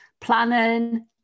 planning